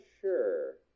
sure